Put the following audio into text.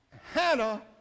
Hannah